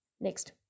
next